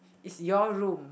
is your room